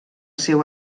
seu